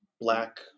black